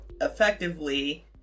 effectively